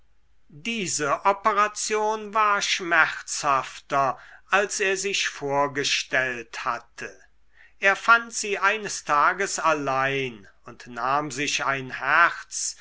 diese operation war schmerzhafter als er sich vorgestellt hatte er fand sie eines tages allein und nahm sich ein herz